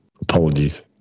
Apologies